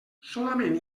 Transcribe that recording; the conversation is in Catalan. solament